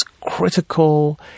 critical